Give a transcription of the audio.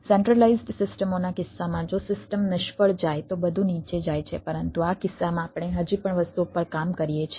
centralised સિસ્ટમો ના કિસ્સામાં જો સિસ્ટમ નિષ્ફળ જાય તો બધું નીચે જાય છે પરંતુ આ કિસ્સામાં આપણે હજી પણ વસ્તુઓ પર કામ કરીએ છીએ